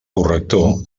corrector